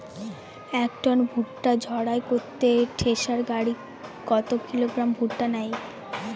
এক টন ভুট্টা ঝাড়াই করতে থেসার গাড়ী কত কিলোগ্রাম ভুট্টা নেয়?